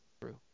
true